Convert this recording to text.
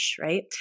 right